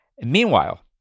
Meanwhile